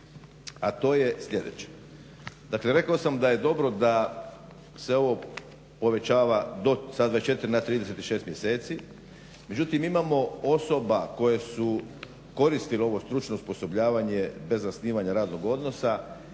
a to je sljedeće, dakle rekao sam da je dobro da se ovo povećava sa 24 na 36 mjeseci, međutim imamo osoba koje su koristile ovo stručno osposobljavanje bez zasnivanja radnog odnosa